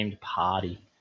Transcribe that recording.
party